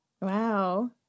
Wow